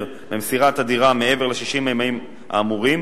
במסירת הדירה מעבר ל-60 הימים האמורים,